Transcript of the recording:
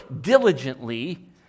diligently